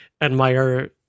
admire